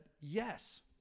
yes